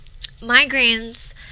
Migraines